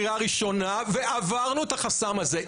קריאה ראשונה ועברנו את החסם הזה.